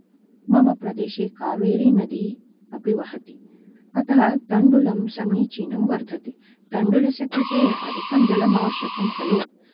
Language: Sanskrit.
मम प्रदेशे कावेरि नदी अपि वहति अतः तण्डुलं समीचिनं वर्धते तण्डुलस्य कृते अधिकं जलं आवश्यकं खलु